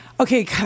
Okay